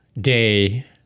day